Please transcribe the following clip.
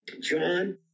John